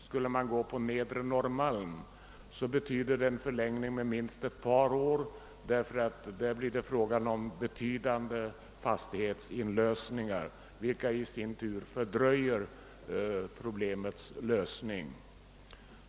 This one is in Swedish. Skall man välja Nedre Norrmalm, betyder det en förlängning med minst ett par år, eftersom det där blir fråga om att inlösa ett avsevärt antal fastigheter, vilket i sin tur fördröjer problemets lösning.